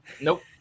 Nope